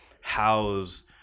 house